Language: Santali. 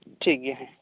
ᱴᱷᱤᱠ ᱜᱮᱭᱟ ᱦᱮᱸ